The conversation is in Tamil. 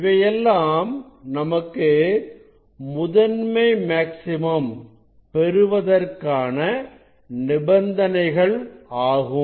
இவையெல்லாம் நமக்கு முதன்மை மேக்ஸிமம் பெறுவதற்கான நிபந்தனைகள் ஆகும்